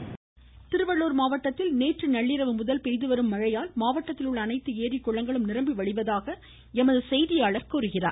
திருவள்ளுர் மழை திருவள்ளூர் மாவட்டத்தில் நேற்று நள்ளிரவு முதல் பெய்துவரும் மழையால் மாவட்டத்தில் உள்ள அனைத்து ஏரி குளங்களும் நிரம்பி வழிவதாக எமது செய்தியாளர் தெரிவிக்கிறார்